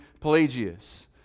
Pelagius